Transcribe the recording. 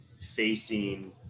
facing